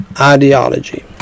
ideology